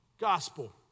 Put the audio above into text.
gospel